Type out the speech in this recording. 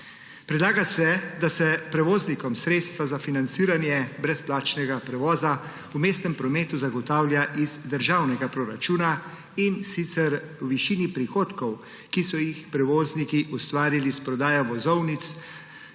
Predlaga se, da se prevoznikom sredstva za financiranje brezplačnega prevoza v mestnem prometu zagotavlja iz državnega proračuna, in sicer v višini prihodkov, ki so jih prevozniki ustvarili s prodajo vozovnic